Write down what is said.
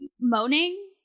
moaning